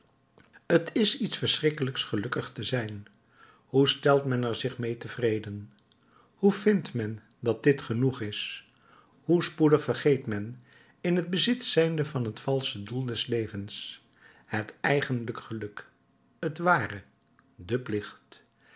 t is iets verschrikkelijks gelukkig te zijn hoe stelt men er zich meê tevreden hoe vindt men dat dit genoeg is hoe spoedig vergeet men in het bezit zijnde van het valsche doel des levens het eigenlijk geluk het ware den plicht